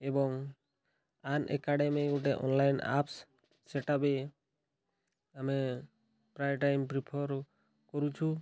ଏବଂ Unacademy ଗୋଟେ online apps ସେଟା ବି ଆମେ ପ୍ରାୟ ଟାଇମ୍ ପ୍ରିଫର୍ କରୁଛୁ